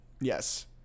Yes